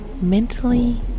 mentally